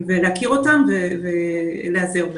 ולהכיר אותם ולהיעזר בהם.